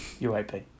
UAP